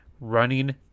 running